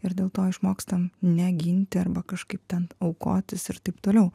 ir dėl to išmokstam neginti arba kažkaip ten aukotis ir taip toliau